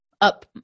up